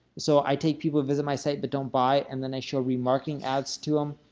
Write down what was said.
so, i take people who visit my site, but don't buy, and then they show remarketing ads to them,